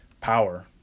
power